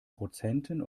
prozenten